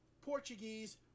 portuguese